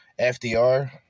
FDR